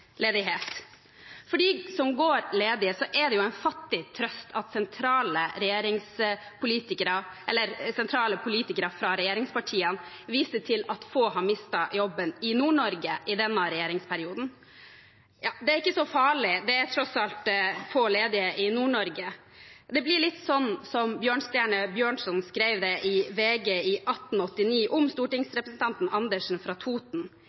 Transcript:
som går ledig, er det en fattig trøst at sentrale politikere fra regjeringspartiene viser til at få har mistet jobben i Nord-Norge i denne regjeringsperioden – det er ikke så farlig, det er tross alt få ledige i Nord-Norge. Det blir litt sånn som Bjørnstjerne Bjørnson skrev i VG i 1889 om stortingsrepresentanten Andersen fra Toten: